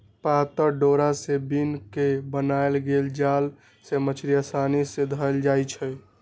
पातर डोरा से बिन क बनाएल गेल जाल से मछड़ी असानी से धएल जाइ छै